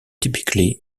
typically